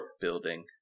building